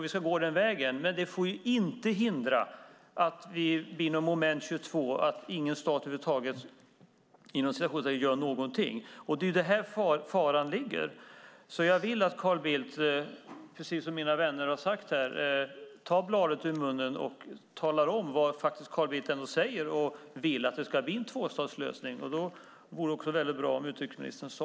Vi ska gå den vägen. Men det får inte göra att vi hamnar i moment 22, så att ingen stat gör någonting över huvud taget. Det är här faran ligger. Jag vill, precis som mina vänner, att utrikesminister Carl Bildt tar bladet från munnen och säger rätt ut vad han vill: att det ska bli en tvåstatslösning. Det vore väldigt bra.